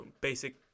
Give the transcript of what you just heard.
basic